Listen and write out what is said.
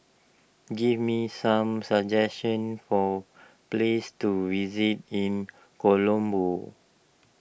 give me some suggestions for places to visit in Colombo